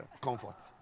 Comfort